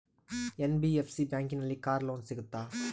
NBFC ಬ್ಯಾಂಕಿನಲ್ಲಿ car loan ಸಿಗುತ್ತಾ?